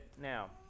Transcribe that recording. now